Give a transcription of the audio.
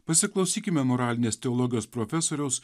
pasiklausykime moralinės teologijos profesoriaus